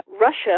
Russia